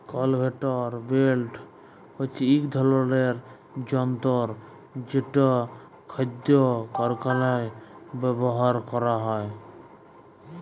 conveyor belt হছে ইক ধরলের যল্তর যেট খাইদ্য কারখালায় ব্যাভার ক্যরা হ্যয়